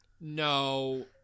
No